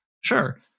sure